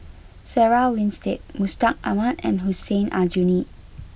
Sarah Winstedt Mustaq Ahmad and Hussein Aljunied